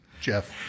Jeff